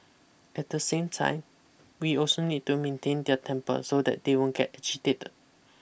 at the same time we also need to maintain their temper so that they won't get agitated